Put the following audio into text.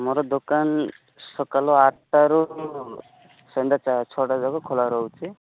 ଆମର ଦୋକାନ ସକାଳ ଆଠଟାରୁ ସନ୍ଧ୍ୟା ଛଅଟା ଯାକ ଖୋଲା ରହୁଛି